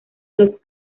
los